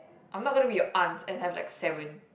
I'm not gonna be your aunt and I have like seven